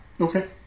Okay